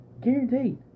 Guaranteed